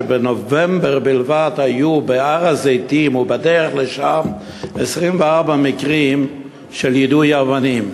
שבנובמבר בלבד היו בהר-הזיתים ובדרך לשם 24 מקרים של יידוי אבנים.